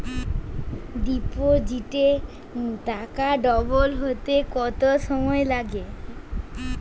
ডিপোজিটে টাকা ডবল হতে কত সময় লাগে?